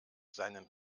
seinen